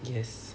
yes